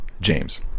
James